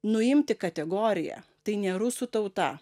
nuimti kategoriją tai ne rusų tauta